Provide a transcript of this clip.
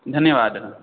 धन्यवादः